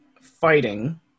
fighting